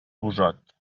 busot